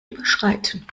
überschreiten